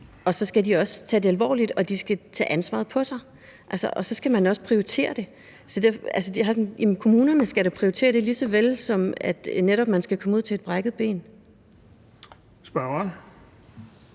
og så skal de også tage det alvorligt, og de skal tage ansvaret på sig. Og så skal man også prioritere det. Kommunerne skal da prioritere det, som kom man ud til et brækket ben.